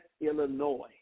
Illinois